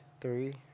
Three